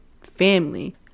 family